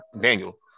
daniel